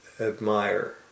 admire